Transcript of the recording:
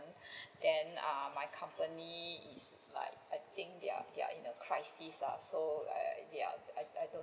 then err my company is like I think they're they're in a crisis lah so I they're I I don't